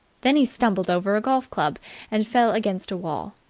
then he stumbled over a golf-club and fell against a wall.